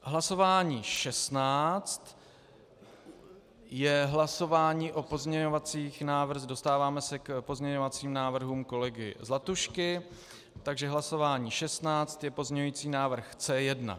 Hlasování šestnácté je hlasování o pozměňovacích návrzích dostáváme se k pozměňovacím návrhům kolegy Zlatuška, takže hlasování šestnácté je pozměňovací návrh C1.